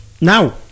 Now